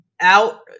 out